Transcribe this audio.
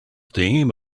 theme